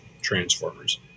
transformers